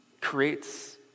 creates